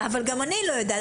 גם אני לא יודעת,